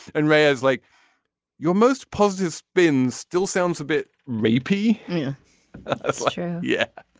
and ray is like your most positive spin still sounds a bit rapey yeah ah so sure. yeah.